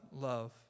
love